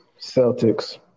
Celtics